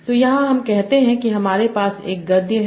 तो यहाँ हम कहते हैं कि हमारे पास एक गद्य है